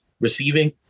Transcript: receiving